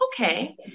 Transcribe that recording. Okay